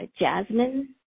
jasmine